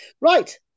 Right